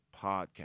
podcast